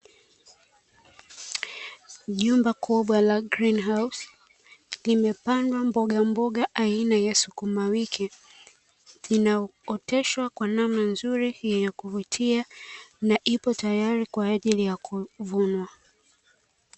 Jumba kubwa la grinihausi limepandwa mbogamboga aina ya skumawiki, inayooteshwa kwa namna nzuri yenye kuvutia na ipo tayari kwa ajili ya kuvunwa.